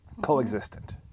Coexistent